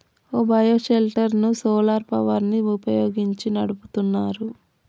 ఈ bio shelter ను solar power ని వుపయోగించి నడుపుతున్నారు